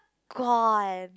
gone